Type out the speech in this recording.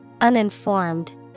Uninformed